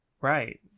Right